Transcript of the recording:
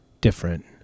different